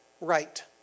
right